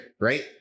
Right